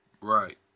Right